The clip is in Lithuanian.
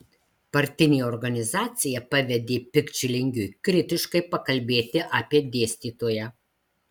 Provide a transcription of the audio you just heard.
partinė organizacija pavedė pikčilingiui kritiškai pakalbėti apie dėstytoją